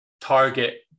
target